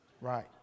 Right